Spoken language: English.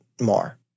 more